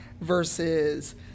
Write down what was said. versus